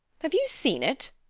have you seen it?